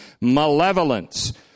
malevolence